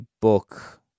book